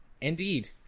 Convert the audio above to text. Indeed